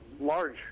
large